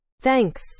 Thanks